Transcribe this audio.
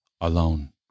alone